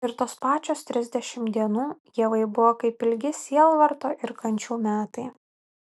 ir tos pačios trisdešimt dienų ievai buvo kaip ilgi sielvarto ir kančių metai